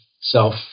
self